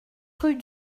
rue